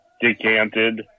decanted